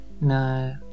No